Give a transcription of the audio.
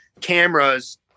cameras